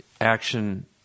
action